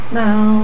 now